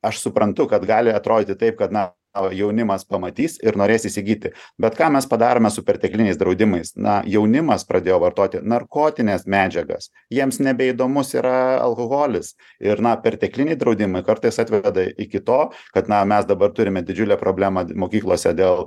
aš suprantu kad gali atrodyti taip kad na jaunimas pamatys ir norės įsigyti bet ką mes padarome su pertekliniais draudimais na jaunimas pradėjo vartoti narkotines medžiagas jiems nebeįdomus yra alkoholis ir na pertekliniai draudimai kartais atvedada iki to kad na mes dabar turime didžiulę problemą mokyklose dėl